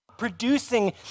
Producing